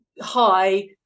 high